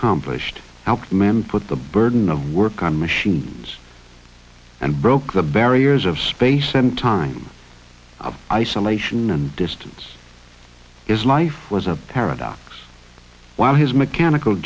ished outmanned put the burden of work on machines and broke the barriers of space and time of isolation and distance his life was a paradox while his mechanical